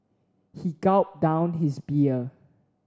he gulped down his beer